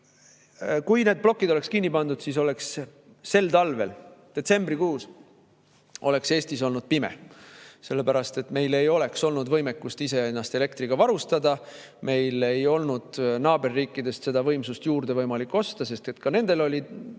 kui need plokid oleks kinni pandud, siis oleks sel talvel detsembrikuus Eestis olnud pime, sellepärast et meil ei oleks olnud võimekust iseennast elektriga varustada. Meil ei olnud naaberriikidest võimalik seda võimsust juurde osta, sest ka nendel oli